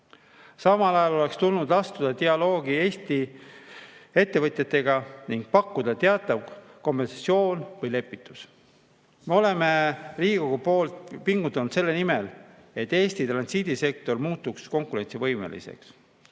Samal ajal oleks tulnud astuda dialoogi Eesti ettevõtjatega ning pakkuda teatavat kompensatsiooni või lepitust.Me oleme Riigikogus pingutanud selle nimel, et Eesti transiidisektor muutuks konkurentsivõimeliseks.